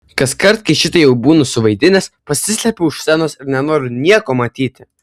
kaskart kai šitai jau būnu suvaidinęs pasislepiu už scenos ir nenoriu nieko matyti